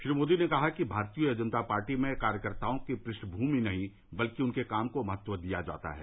श्री मोदी ने कहा कि भारतीय जनता पार्टी में कार्यकर्ताओं की पृष्ठभूमि नहीं है बल्कि उनके काम को महत्व दिया जाता है